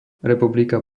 republika